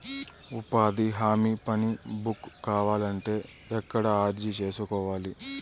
ఉపాధి హామీ పని బుక్ కావాలంటే ఎక్కడ అర్జీ సేసుకోవాలి?